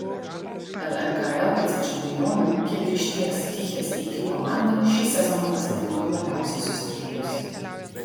lmkl vicečempionių kibirkšties tichės iki komanda šį sezoną pasitinka labiausiai sustiprėjusi